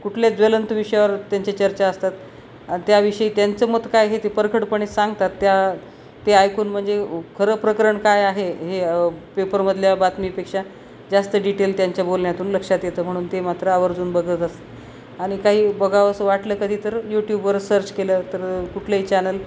कुठल्या ज्वलंत विषयावर त्यांचे चर्चा असतात आणि त्याविषयी त्यांचं मतं काय हे ते परखडपणे सांगतात त्या ते ऐकून म्हणजे खरं प्रकरण काय आहे हे पेपरमधल्या बातमीपेक्षा जास्त डिटेल त्यांच्या बोलण्यातून लक्षात येतं म्हणून ते मात्र आवर्जून बघत असतात आणि काही बघावंसं वाटलं कधी तर यूट्यूबवर सर्च केलं तर कुठलेही चॅनल